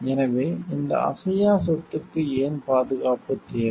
எனவே இந்த அசையா சொத்துக்கு ஏன் பாதுகாப்பு தேவை